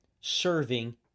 serving